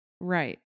Right